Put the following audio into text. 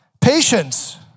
Patience